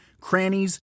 crannies